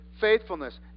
faithfulness